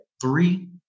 three